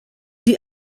die